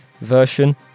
version